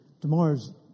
tomorrow's